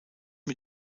mit